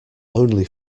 only